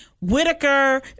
Whitaker